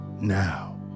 Now